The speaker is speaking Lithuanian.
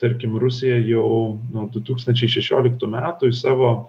tarkim rusija jau nuo du tūkstančiai šešioliktų metų į savo